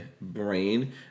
brain